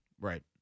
Right